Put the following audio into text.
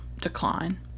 decline